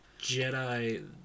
Jedi